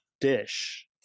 dish